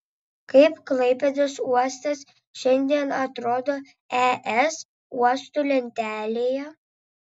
kaip klaipėdos uostas šiandien atrodo es uostų lentelėje